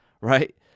right